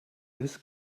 this